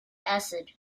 acid